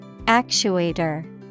Actuator